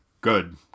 good